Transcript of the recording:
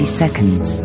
seconds